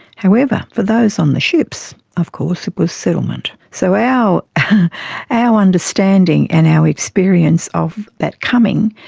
however, for those on the ships, of course, it was settlement. so our our understanding and our experience of that coming,